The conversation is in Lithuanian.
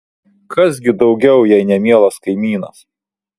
kas gi daugiau jei ne mielas kaimynas